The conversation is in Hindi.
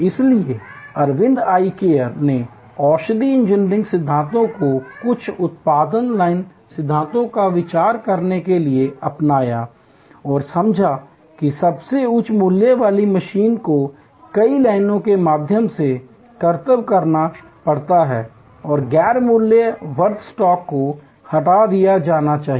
इसलिए अरविंद आई केयर ने औद्योगिक इंजीनियरिंग सिद्धांतों को कुछ उत्पादन लाइन सिद्धांतों का विस्तार करने के लिए अपनाया और समझा कि सबसे उच्च मूल्य वाली मशीन को कई लाइनों के माध्यम से करतब करना पड़ता है और गैर मूल्य वर्धक स्टॉप को हटा दिया जाना चाहिए